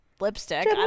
lipstick